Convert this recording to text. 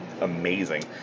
amazing